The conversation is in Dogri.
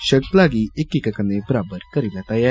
श्रृंखला गी इक इक कन्नै बराबर करी लैता ऐ